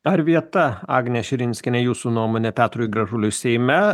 ar vieta agne širinskiene jūsų nuomone petrui gražuliui seime